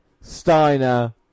Steiner